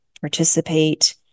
participate